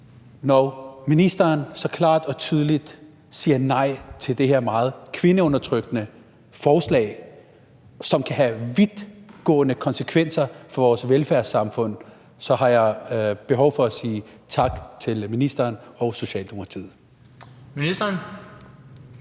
Når ministeren så klart og tydeligt siger nej til det her meget kvindeundertrykkende forslag, som kan have vidtgående konsekvenser for vores velfærdssamfund, så har jeg behov for at sige tak til ministeren og Socialdemokratiet.